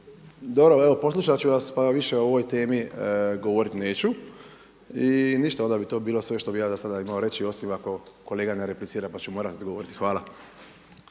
dobro, evo poslušati ću vas pa više o ovoj temi govoriti neću. I ništa, onda bi to bilo sve što bih ja za sada imao reći osim ako kolega ne replicira pa ću morati odgovoriti. Hvala.